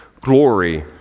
Glory